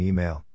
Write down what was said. Email